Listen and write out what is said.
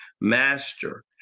master